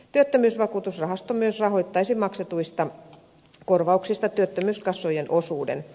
työttömyysvakuutusrahasto myös rahoittaisi maksetuista korvauksista työttömyyskassojen osuuden